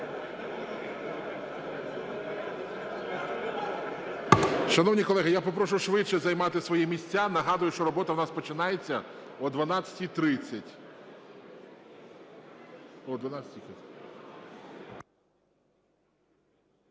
Шановні колеги, я попрошу швидше займати свої місця. Нагадую, що робота в нас починається о 12:30.